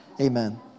Amen